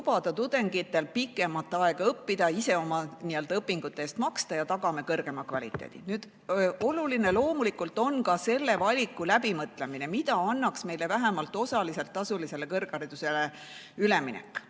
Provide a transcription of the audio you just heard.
lubada tudengitel pikemat aega õppida ja ise oma õpingute eest maksta, tagades kõrgema kvaliteedi. Oluline loomulikult on ka selle valiku läbimõtlemine, mida annaks meile vähemalt osaliselt tasulisele kõrgharidusele üleminek.